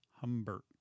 Humbert